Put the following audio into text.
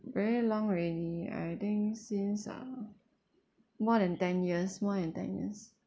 very long already I think since ah more than ten years more than ten years